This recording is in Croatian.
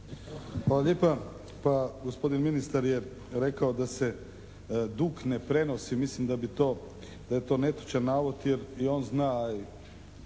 lijepa. Pa gospodin ministar je rekao da se dug ne prenosi. Mislim da je to netočan navod jer i on zna,